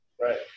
Right